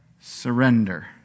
Surrender